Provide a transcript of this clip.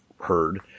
heard